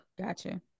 Gotcha